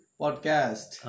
podcast